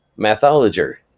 mathologer,